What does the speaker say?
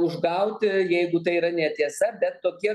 užgauti jeigu tai yra netiesa bet tokie